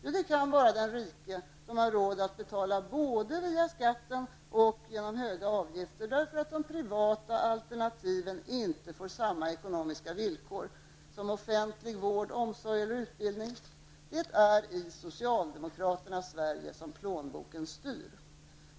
Jo, det kan bara den rike som har råd att betala både via skatten och genom höga avgifter, därför att de privata alternativen inte får samma ekonomiska villkor som offentlig vård, omsorg eller utbildning. Det är i socialdemokraternas Sverige som plånboken styr.